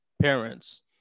parents